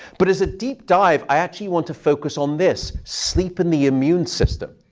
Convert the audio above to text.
but as a deep dive, i actually want to focus on this sleep and the immune system.